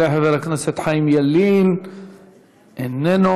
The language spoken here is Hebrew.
חבר הכנסת חיים ילין, איננו.